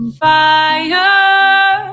fire